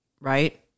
right